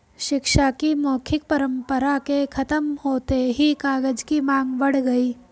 शिक्षा की मौखिक परम्परा के खत्म होते ही कागज की माँग बढ़ गई